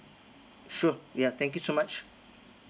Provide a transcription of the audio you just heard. sure ya thank you so much